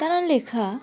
তাঁর লেখা